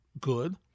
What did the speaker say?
Good